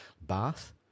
bath